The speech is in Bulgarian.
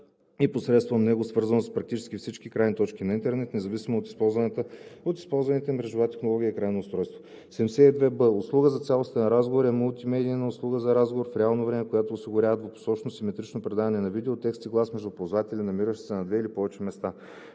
и посредством него свързаност с практически всички крайни точки на интернет, независимо от използваните мрежова технология и крайно устройство. 72б. „Услуга за цялостен разговор“ е мултимедийна услуга за разговор в реално време, която осигурява двупосочно симетрично предаване на видео, текст и глас между ползватели, намиращи се на две или повече места.“